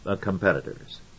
competitors